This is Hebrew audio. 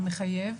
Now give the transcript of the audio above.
ומחייב.